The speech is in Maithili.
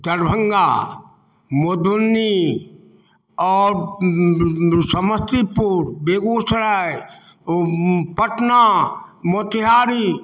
दरभंगा मधुबनी आओर समस्तीपुर बेगूसराय पटना मोतिहारी